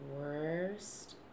worst